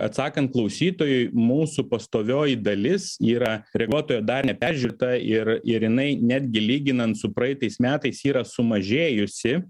atsakant klausytojui mūsų pastovioji dalis yra reguliuotojo dar neperžiūrėta ir ir jinai netgi lyginant su praeitais metais yra sumažėjusi